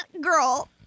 girl